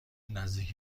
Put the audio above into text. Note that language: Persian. نزدیک